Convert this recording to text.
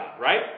right